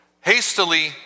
hastily